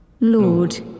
Lord